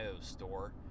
store